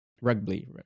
rugby